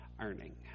earning